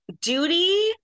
duty